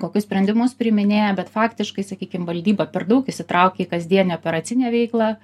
kokius sprendimus priiminėja bet faktiškai sakykim valdyba per daug įsitraukia į kasdienę operacinę veiklą